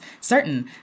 certain